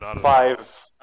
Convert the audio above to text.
five